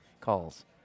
calls